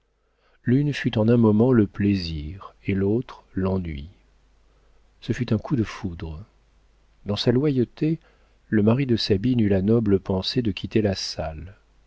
l'une fut en un moment le plaisir et l'autre l'ennui ce fut un coup de foudre dans sa loyauté le mari de sabine eut la noble pensée de quitter la salle